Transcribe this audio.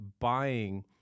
buying